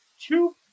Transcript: two